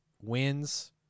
wins